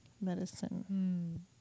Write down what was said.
medicine